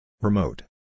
Remote